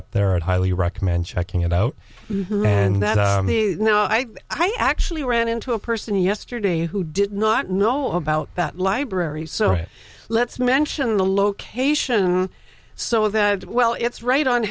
up there and highly recommend checking it out and that you know i i actually ran into a person yesterday who did not know about that library so it lets mention the location so that well it's right on